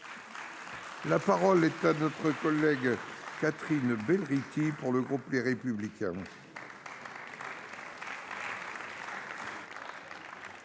La parole est à Mme Catherine Belrhiti, pour le groupe Les Républicains.